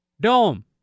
Dome